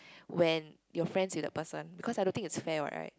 when you're friends with that person because I don't think it's fair what right